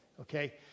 okay